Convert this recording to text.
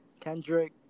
Kendrick